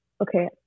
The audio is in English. okay